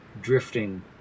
drifting